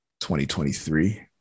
2023